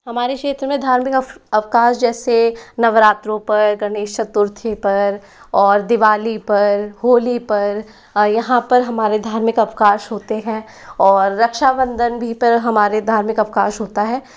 हमारे क्षेत्र में धार्मिक अवकाश जैसे नवरात्रों पर गणेश चतुर्थी पर और दिवाली पर होली पर यहाँ पर हमारे धार्मिक अवकाश होते हैं और रक्षाबंधन भी पर हमारे धार्मिक अवकाश होता है